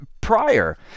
prior